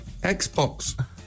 Xbox